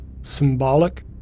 symbolic